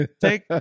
take